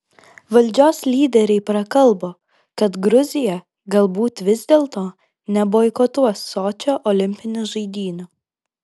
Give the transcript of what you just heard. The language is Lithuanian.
valdžios lyderiai prakalbo kad gruzija galbūt vis dėlto neboikotuos sočio olimpinių žaidynių